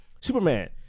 Superman